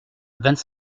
vingt